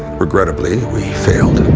regrettably, we failed.